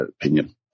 opinion